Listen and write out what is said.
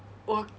oh